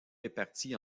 répartis